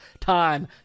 time